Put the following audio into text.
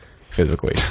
physically